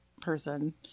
person